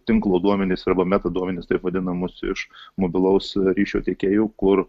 tinklo duomenis arba metaduomenis taip vadinamus iš mobilaus ryšio tiekėjų kur